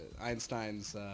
Einstein's